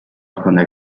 холбооны